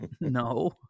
no